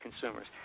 consumers